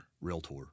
Realtor